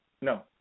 No